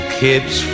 kids